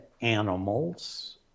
animals